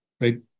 right